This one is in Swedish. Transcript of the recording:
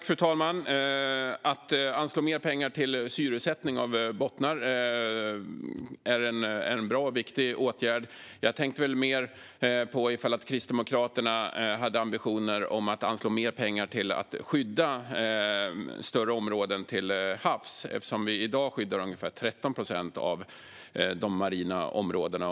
Fru talman! Att anslå mer pengar till syresättning av bottnar är en bra och viktig åtgärd. Men jag tänkte mer på om Kristdemokraterna hade ambitioner om att anslå mer pengar för att skydda större områden till havs. I dag skyddar vi ungefär 13 procent av de marina områdena.